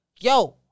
yo